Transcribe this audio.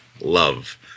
love